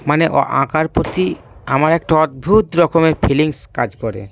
মানে ও আঁকার প্রতি আমার একটা অদ্ভুত রকমের ফিলিংস কাজ করে